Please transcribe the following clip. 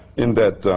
in that